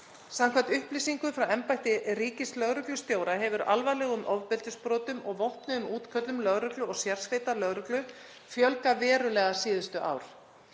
Samkvæmt upplýsingum frá embætti ríkislögreglustjóra hefur alvarlegum ofbeldisbrotum og vopnuðum útköllum lögreglu og sérsveitar lögreglu fjölgað verulega síðustu ár.